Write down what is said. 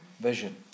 vision